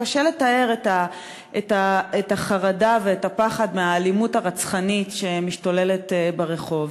וקשה לתאר את החרדה ואת הפחד מהאלימות הרצחנית שמשתוללת ברחוב.